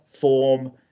form